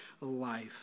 life